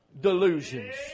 delusions